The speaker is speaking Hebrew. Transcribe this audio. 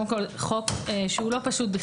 קודם כל, זה חוק שהוא בכלל לא פשוט.